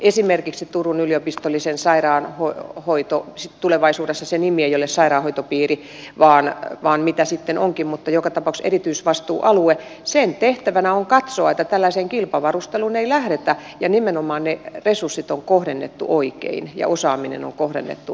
esimerkiksi turun yliopistollisen keskussairaalan kohdalla tulevaisuudessa se nimi ei ole sairaanhoitopiiri vaan mitä sitten onkin mutta joka tapauksessa erityisvastuualueen tehtävänä on katsoa että tällaiseen kilpavarusteluun ei lähdetä ja nimenomaan ne resurssit on kohdennettu oikein ja osaaminen on kohdennettu oikein